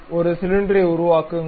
ஒரு சிலிண்டரை உருவாக்குங்கள்